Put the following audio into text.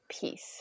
peace